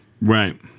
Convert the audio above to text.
right